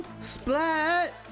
Splat